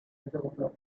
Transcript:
nobel